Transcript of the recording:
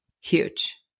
huge